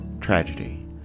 tragedy